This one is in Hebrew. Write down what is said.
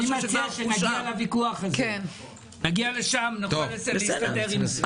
עוד נגיע לוויכוח הזה ואז נוכל להסתדר עם זה.